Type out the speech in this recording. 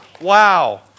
wow